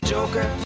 Joker